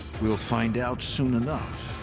we'll find out soon enough.